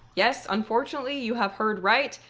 yes, unfortunately you have heard right.